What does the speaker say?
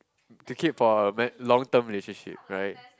to keep for a mad long term relationship right